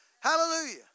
Hallelujah